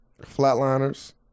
Flatliners